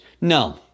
No